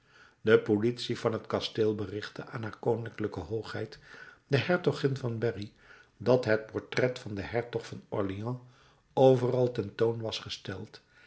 de politie van het kasteel berichtte aan haar koninklijke hoogheid de hertogin van berry dat het portret van den hertog van orleans overal ten toon was gesteld